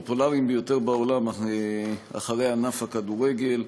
הפופולריים ביותר בעולם אחרי ענף הכדורגל.